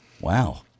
Wow